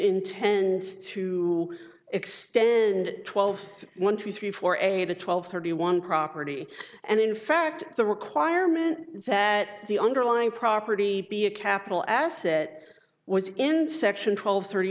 intends to extend and twelve one two three four eight and twelve thirty one property and in fact the requirement that the underlying property be a capital asset which in section twelve thirty